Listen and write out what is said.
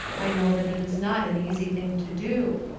i know that it is not an easy thing to do.